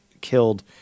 killed